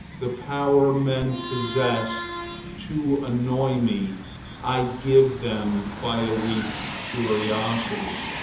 the power men possess to annoy me i give them by a weak curiosity.